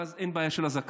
ואז אין בעיה של הזקן.